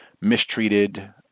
mistreated